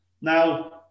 Now